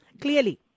Clearly